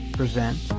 present